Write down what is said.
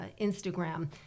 Instagram